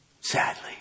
sadly